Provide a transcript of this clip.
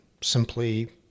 simply